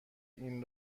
این